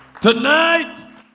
Tonight